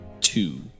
two